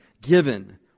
given